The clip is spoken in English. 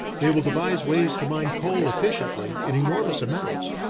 they will devise ways to mine coal efficiently, in enormous amounts,